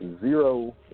zero